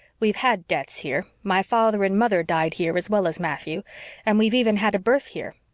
we've had deaths here my father and mother died here as well as matthew and we've even had a birth here.